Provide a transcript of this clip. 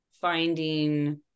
finding